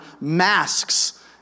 masks